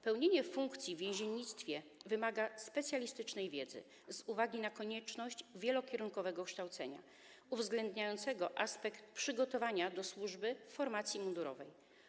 Pełnienie funkcji w więziennictwie wymaga specjalistycznej wiedzy z uwagi na konieczność wielokierunkowego kształcenia uwzględniającego aspekt przygotowania do służby w formacji mundurowej.